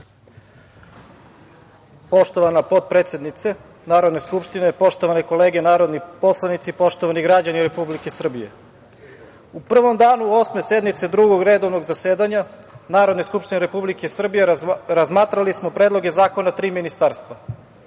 Poštovana potpredsednice Narodne skupštine, poštovane kolege narodni poslanici, poštovani građani Republike Srbije, u prvom danu Osme sednice Drugog redovnog zasedanja Narodne skupštine Republike Srbije razmatrali smo predloge zakona tri ministarstva